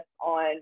on